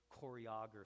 choreography